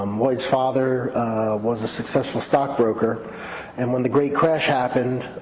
um lloyd's father was a successful stockbroker and when the great crash happened,